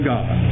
God